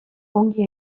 ongi